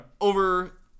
over